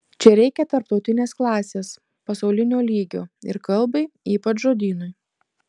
čia reikia tarptautinės klasės pasaulinio lygio ir kalbai ypač žodynui